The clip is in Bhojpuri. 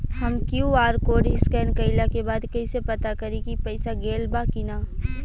हम क्यू.आर कोड स्कैन कइला के बाद कइसे पता करि की पईसा गेल बा की न?